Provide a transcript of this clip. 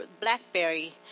Blackberry